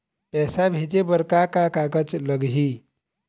पैसा भेजे बर का का कागज लगही?